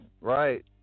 right